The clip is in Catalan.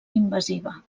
invasiva